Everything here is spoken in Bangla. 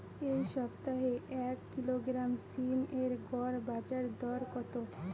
এই সপ্তাহে এক কিলোগ্রাম সীম এর গড় বাজার দর কত?